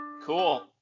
Cool